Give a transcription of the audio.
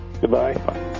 Goodbye